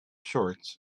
shorts